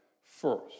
first